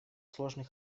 сложный